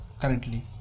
currently